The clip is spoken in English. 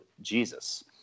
Jesus